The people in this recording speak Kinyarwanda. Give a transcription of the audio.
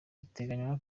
biteganywa